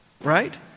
right